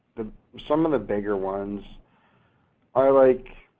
some of the bigger ones are, like,